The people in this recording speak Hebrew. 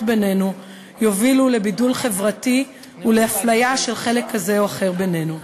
בינינו יובילו לבידול חברתי ולאפליה של חלק כזה או אחר בנו.